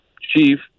Chief